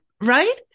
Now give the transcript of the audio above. Right